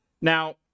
Now